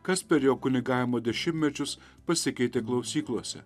kas per jo kunigavimo dešimtmečius pasikeitė klausyklose